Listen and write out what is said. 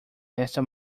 esta